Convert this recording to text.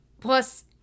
Plus